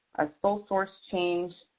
a sole source change,